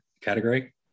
category